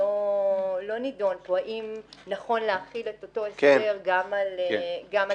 לא דנו פה האם נכון להחיל את אותו הסדר גם על קטינים.